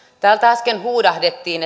täältä äsken huudahdettiin